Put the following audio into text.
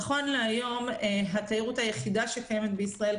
נכון להיום התיירות היחידה שקיימת בישראל,